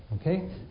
Okay